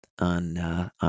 on